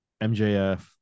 MJF